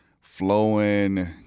flowing